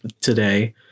today